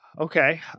Okay